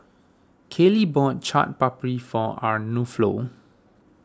Kaley bought Chaat Papri for